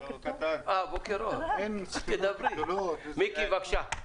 מיקי חיימוביץ', בבקשה.